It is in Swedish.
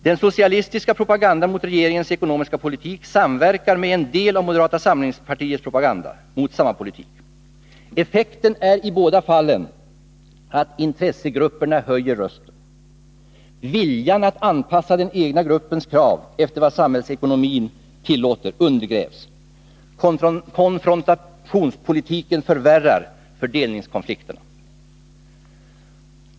Den socialistiska propagandan mot regeringens ekonomiska politik samverkar med en del av moderata samlingspartiets propaganda mot samma politik. Effekten är i båda fallen att intressegrupperna höjer rösten. Viljan att anpassa den egna gruppens krav efter vad samhällsekonomin tillåter undergrävs. Konfrontationspolitiken förvärrar fördelningskonflikterna.